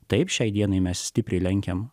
taip šiai dienai mes stipriai lenkiame